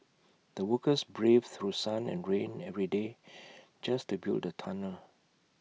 the workers braved through sun and rain every day just to build the tunnel